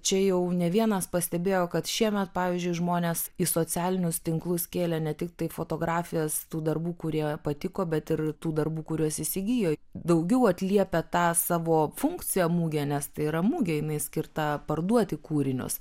čia jau ne vienas pastebėjo kad šiemet pavyzdžiui žmonės į socialinius tinklus kėlė ne tiktai fotografijas tų darbų kurie patiko bet ir tų darbų kuriuos įsigijo daugiau atliepia tą savo funkciją mugė nes tai yra mugė skirta parduoti kūrinius